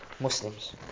Muslims